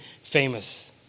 famous